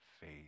faith